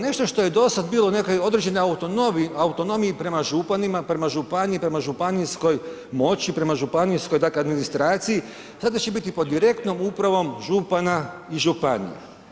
Nešto što je dosad bilo, u nekoj određenoj autonomiji prema županima, prema županiji, prema županijskoj moći, prema županijskoj dakle administraciji, sada će biti pod direktnom upravom župana i županija.